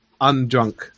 undrunk